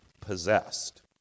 possessed